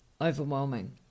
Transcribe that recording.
overwhelming